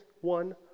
one